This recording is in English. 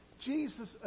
Jesus